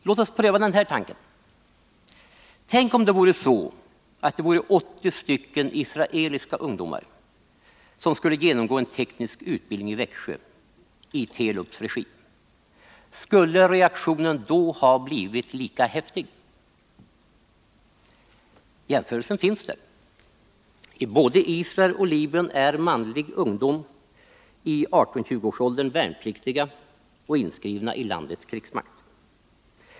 Låt oss pröva den här tanken: Tänk om det vore 80 israeliska ungdomar som skulle genomgå en teknisk utbildning i Växjö i Telubs regi. Skulle reaktionen då ha blivit lika häftig? Jämförelsen finns där. Både i Israel och i Libyen är manliga ungdomar i 18-20-årsåldern värnpliktiga och inskrivna i landets krigsmakt.